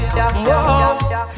Whoa